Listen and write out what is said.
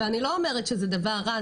ואני לא אומרת שזה דבר רע,